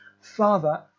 Father